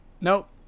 nope